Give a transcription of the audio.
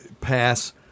pass